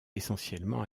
essentiellement